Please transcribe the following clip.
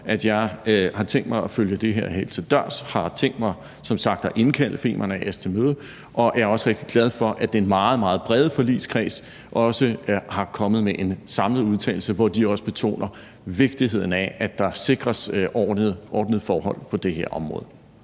at jeg har tænkt mig at følge det her helt til dørs. Som sagt har jeg tænkt mig at indkalde Femern A/S til et møde, og jeg er rigtig glad for, at den meget, meget brede forligskreds også er kommet med en samlet udtalelse, hvor de også betoner vigtigheden af, at der sikres ordnede forhold på det her område.